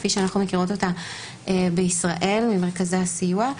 כפי שאנחנו מכירות אותה בישראל במרכזי הסיוע.